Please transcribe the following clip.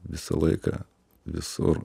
visą laiką visur